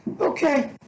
Okay